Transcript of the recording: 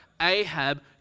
Ahab